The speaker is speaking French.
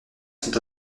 sont